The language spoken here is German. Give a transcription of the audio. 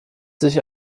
sich